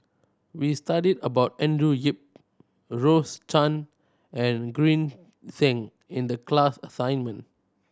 we studied about Andrew Yip Rose Chan and Green Zeng in the class assignment